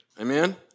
Amen